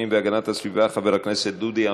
והגנת הסביבה חבר הכנסת דודי אמסלם.